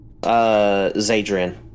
Zadrian